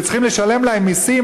כשצריכים לשלם להם מסים,